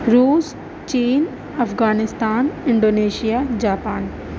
روس چین Afghanistan Indonesia Japan